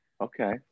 Okay